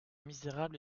misérable